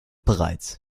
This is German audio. bereits